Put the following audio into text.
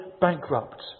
bankrupt